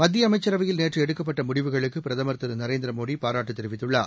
மத்திய அமைச்சரவையில் நேற்று எடுக்கப்பட்ட முடிவுகளுக்கு பிரதமர் திருநரேந்திர மோடி பாராட்டு தெரிவித்துள்ளார்